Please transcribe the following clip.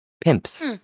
Pimps